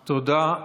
תודה.